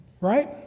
right